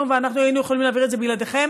ואנחנו היינו יכולים להעביר את זה בלעדיכם.